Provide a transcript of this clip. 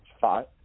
five